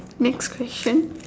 next question